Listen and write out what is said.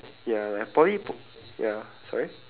ya like poly p~ ya sorry